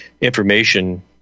information